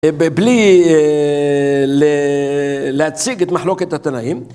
בלי להציג את מחלוקת התנאים,